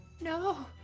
No